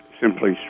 simply